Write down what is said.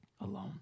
alone